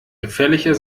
gefährlicher